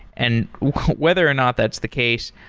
and whether or not that's the case,